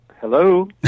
Hello